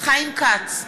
חיים כץ,